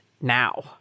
now